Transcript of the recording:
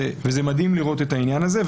מדהים לראות את העניין הזה.